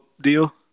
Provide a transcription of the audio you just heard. deal